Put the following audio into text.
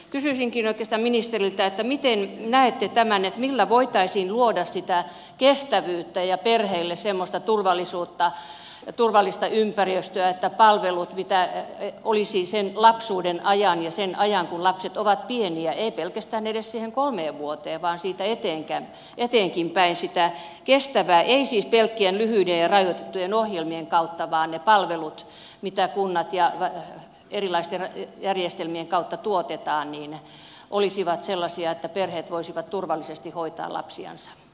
kysyisinkin oikeastaan ministeriltä miten näette tämän millä voitaisiin luoda kestävyyttä ja perheille turvallisuutta turvallista ympäristöä että palvelut jotka olisivat lapsuuden ajan ja sen ajan kun lapset ovat pieniä eivät pelkästään edes siihen kolmeen vuoteen vaan siitä eteenpäinkin olisivat kestäviä eivät siis pelkkien lyhyiden ja rajoitettujen ohjelmien kautta vaan ne palvelut jotka kunnat tuottavat ja erilaisten järjestelmien kautta tuotetaan olisivat sellaisia että perheet voisivat turvallisesti hoitaa lapsiansa